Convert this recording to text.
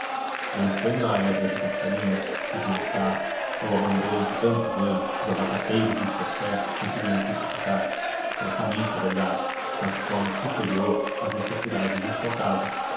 vencendo a erva de passarinho os maus tratos e o abandono de tantos anos os abacateiros de suas terras conseguiram frutificar fracamente é verdade mas de forma superior às necessidades de sua casa